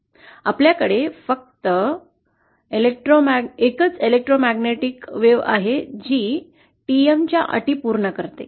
आपल्याकडे फक्त एकच विद्युत चुंबकीय तरंग आहे जी TEM च्या अटी पूर्ण करते